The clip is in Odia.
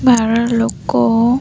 ବାର ଲୋକ